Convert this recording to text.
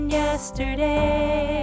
yesterday